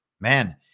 man